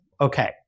Okay